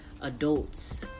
adults